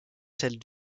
celle